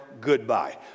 goodbye